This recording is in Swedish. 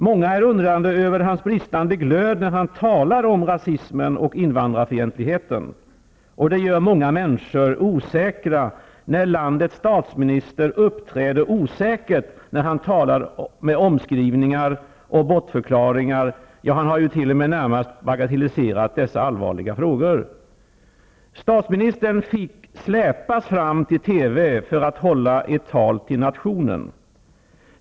Många är undrande över hans bristande glöd när han talar om rasismen och invandrarfientligheten. Och det gör många människor osäkra när landets statsminister uppträder osäkert när han talar med omskrivningar och bortförklaringar, ja närmast bagatelliserar dessa allvarliga frågor. Statsministern fick släpas fram till TV för att hålla ett tal till nationen.